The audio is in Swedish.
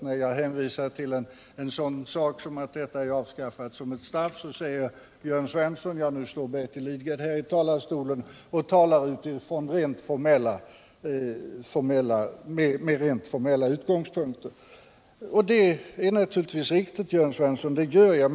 När jag hänvisar till detta brukar Jörn Svensson säga: ”Nu står Bertil Lidgard här i talarstolen och talar utifrån rent formella utgångspunkter.” Det är naturligtvis riktigt, det gör jag.